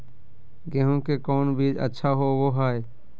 गेंहू के कौन बीज अच्छा होबो हाय?